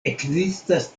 ekzistas